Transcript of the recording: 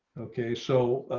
okay, so,